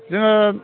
जोङो